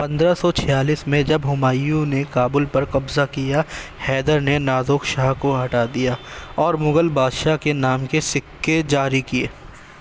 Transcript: پندرہ سو چھیالیس میں جب ہمایوں نے کابل پر قبضہ کیا حیدر نے نازوک شاہ کو ہٹا دیا اور مغل بادشاہ کے نام کے سکے جاری کیے